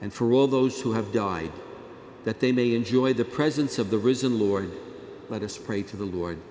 and for all those who have died that they may enjoy the presence of the risen lord let us pray to the lord